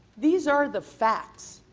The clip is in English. these are the facts.